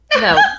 no